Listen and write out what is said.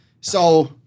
So-